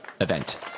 event